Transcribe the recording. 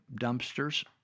dumpsters